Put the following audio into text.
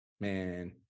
Man